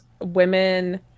women